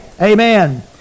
Amen